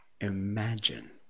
Imagine